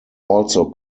also